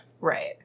Right